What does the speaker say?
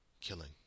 Killing